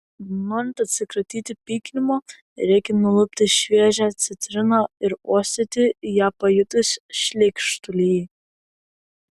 norint atsikratyti pykinimo reikia nulupti šviežią citriną ir uostyti ją pajutus šleikštulį